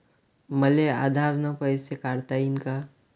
मले आधार न पैसे काढता येईन का?